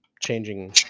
changing